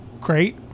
great